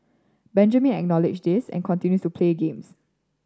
Benjamin acknowledge this and continues to play games